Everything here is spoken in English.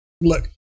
Look